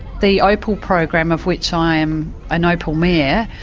the opal program, of which i am an opal mayor,